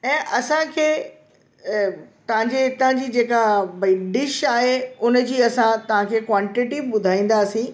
ऐं असांखे अ तव्हांजे हितां जी जेका भई डिश आहे उनजी असां तव्हांखे क्वांटिटी बि ॿुधाईंदासीं